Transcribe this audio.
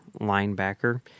linebacker